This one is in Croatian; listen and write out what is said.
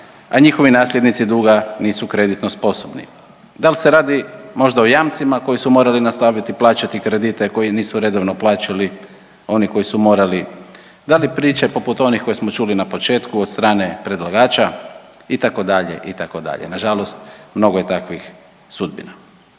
a njihovi nasljednici duga nisu kreditno sposobni, dal se radi možda o jamcima koji su morali nastaviti plaćati kredite koji nisu redovno plaćali oni koji su morali, da li priče poput onih koje smo čuli na početku od strane predlagača itd., itd., nažalost mnogo je takvih sudbina.